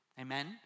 Amen